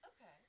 Okay